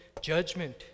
judgment